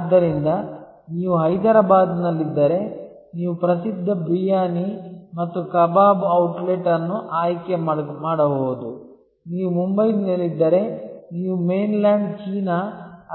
ಆದ್ದರಿಂದ ನೀವು ಹೈದರಾಬಾದ್ನಲ್ಲಿದ್ದರೆ ನೀವು ಪ್ರಸಿದ್ಧ ಬ್ರಿಯಾನಿ ಮತ್ತು ಕಬಾಬ್ ಔಟ್ಲೆಟ್ ಅನ್ನು ಆಯ್ಕೆ ಮಾಡಬಹುದು ನೀವು ಮುಂಬೈನಲ್ಲಿದ್ದರೆ ನೀವು ಮೇನ್ಲ್ಯಾಂಡ್ ಚೀನಾ